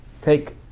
take